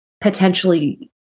potentially